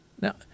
Now